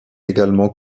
également